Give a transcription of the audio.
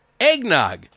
eggnog